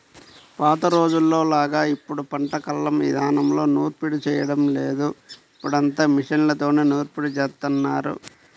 పాత రోజుల్లోలాగా ఇప్పుడు పంట కల్లం ఇదానంలో నూర్పిడి చేయడం లేదు, ఇప్పుడంతా మిషన్లతోనే నూర్పిడి జేత్తన్నారు